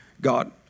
God